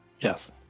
Yes